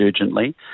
urgently